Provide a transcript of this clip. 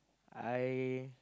I